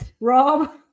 Rob